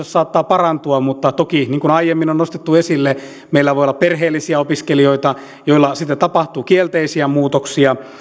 saattaa parantua mutta toki niin kuin aiemmin on nostettu esille meillä voi olla perheellisiä opiskelijoita joilla sitten tapahtuu kielteisiä muutoksia